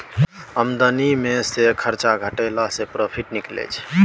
आमदनी मे सँ खरचा घटेला सँ प्रोफिट निकलै छै